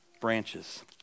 branches